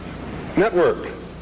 Network